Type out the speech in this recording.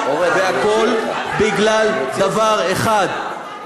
והכול בגלל דבר אחד,